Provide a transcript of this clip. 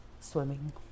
swimming